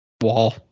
wall